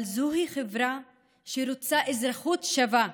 אבל זוהי חברה שרוצה אזרחות שווה,